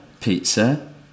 pizza